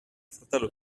fratello